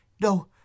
No